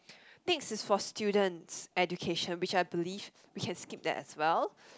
next is for student's education which I believe we can skip that as well